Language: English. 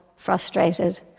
frustrated,